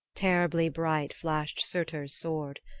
terribly bright flashed surtur's sword.